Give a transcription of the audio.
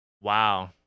Wow